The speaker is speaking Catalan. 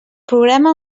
programa